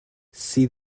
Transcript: see